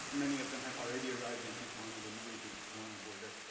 many of them have already arrived in tijuana, they're moving to the tijuana border.